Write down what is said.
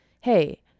hey